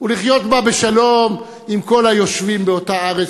ולחיות בה בשלום עם כל היושבים באותה ארץ,